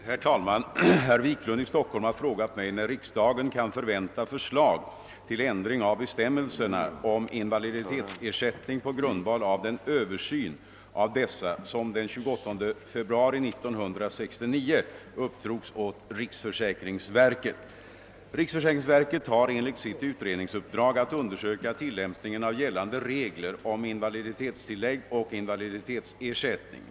Herr talman! Herr Wiklund i Stockholm har frågat mig när riksdagen kan förvänta förslag till ändring av bestämmelserna om invaliditetsersättning på grundval av den översyn av dessa, som Riksförsäkringsverket har enligt sitt utredningsuppdrag att undersöka tilllämpningen av gällande regler om invaliditetstillägg och invaliditetsersättning.